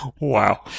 Wow